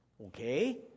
Okay